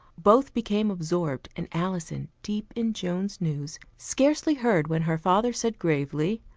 both became absorbed, and alison, deep in joan's news, scarcely heard when her father said gravely,